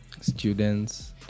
students